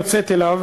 לו יצאה אליו,